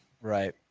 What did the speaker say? right